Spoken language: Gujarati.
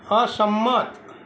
અસંમત